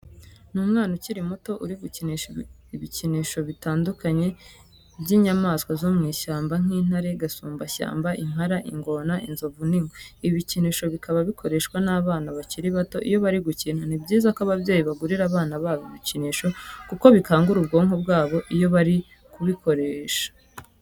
Ni umwana ukiri muto uri gukinisha ibikinisho bitandukanye by'inyamaswa zo mu ishyamba nk'intare, gasumbashyamba, imparage, ingona, inzovu n'ingwe. Ibi bikinisho bikaba bikoreshwa n'abana bakiri bato iyo bari gukina. Ni byiza ko ababyeyi bagurira bana babo ibikinisho kuko bikangura ubwonko bwabo iyo bari kubikoresha.